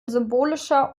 symbolischer